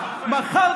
לנאום מהצד.